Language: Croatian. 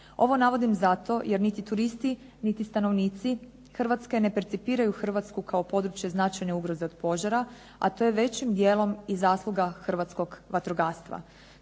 Ovo navodim zato jer niti turisti niti stanovnici Hrvatske ne percipiraju Hrvatsku kao područje značajne ugroze od požara, a to je većim dijelom i zasluga hrvatskog vatrogastva.